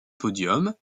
podiums